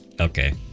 okay